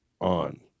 on